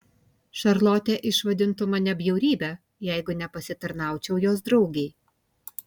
šarlotė išvadintų mane bjaurybe jeigu nepasitarnaučiau jos draugei